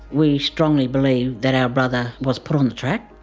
we strongly believe that our brother was put on the track.